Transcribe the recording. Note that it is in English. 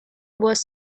was